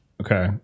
Okay